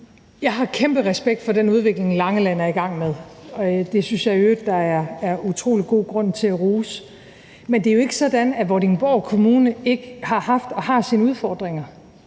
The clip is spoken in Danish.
Jeg har kæmpe respekt for den udvikling, Langeland er i gang med – det synes jeg i øvrigt der er utrolig god grund til at rose. Men det er jo ikke sådan, at Vordingborg Kommune ikke har haft og har sine udfordringer.